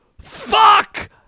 Fuck